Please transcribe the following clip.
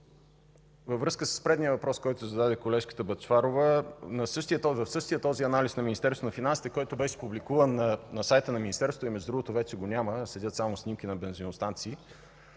Във връзка с предния въпрос, който зададе колежката Бъчварова, в същия този анализ на Министерството на финансите, който беше публикуван на сайта на Министерството и между другото вече го няма – седят само снимки на бензиностанции,